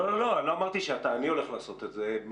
לא אמרתי שאתה, אני הולך לעשות את זה.